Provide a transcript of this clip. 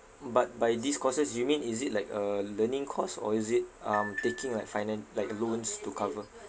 but by these courses you mean is it like a learning course or is it um taking like finan~ like loans to cover